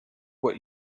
what